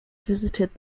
visited